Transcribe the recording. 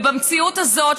ובמציאות הזאת,